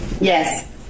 Yes